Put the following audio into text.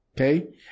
Okay